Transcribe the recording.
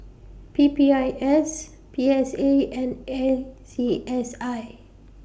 P P I S P S A and A C S I